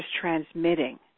transmitting